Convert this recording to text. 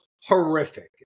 horrific